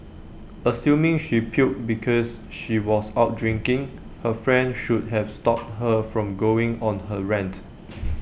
assuming she puked because she was out drinking her friend should have stopped her from going on her rant